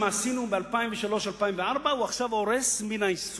כל מה שעשינו ב-2004-2003 הוא עכשיו הורס מן היסוד.